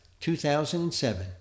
2007